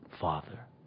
father